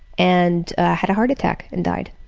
and had a heart attack and died.